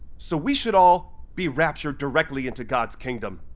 so we should all be raptured directly into god's kingdom.